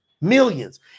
millions